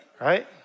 right